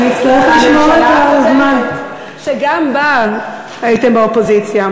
כדאי לך להקשיב לזה, אפילו זה יעניין אותך.